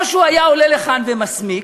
או שהוא היה עולה לכאן ומסמיק,